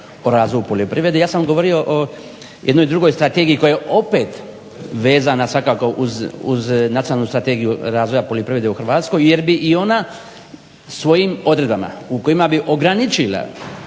o razvoju poljoprivrede. Ja sam govorio o jednoj drugoj strategiji koja je opet vezana svakako uz Nacionalnu strategiju razvoja poljoprivrede u Hrvatskoj jer bi ona svojim odredbama u kojima bi ograničila